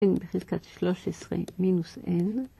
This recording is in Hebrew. בחזקת שלוש עשרה מינוס n.